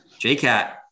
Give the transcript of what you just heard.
JCat